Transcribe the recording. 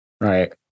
right